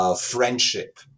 friendship